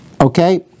Okay